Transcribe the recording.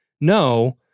no